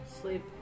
sleep